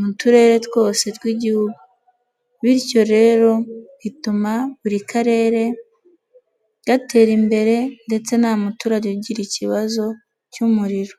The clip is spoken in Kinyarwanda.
mu turere twose tw'Igihugu. Bityo rero bituma buri karere gatera imbere ndetse nta muturage ugira ikibazo cy'umuriro.